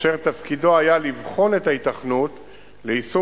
אשר תפקידו היה לבחון את ההיתכנות ליישום